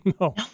No